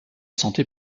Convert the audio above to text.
santé